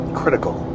critical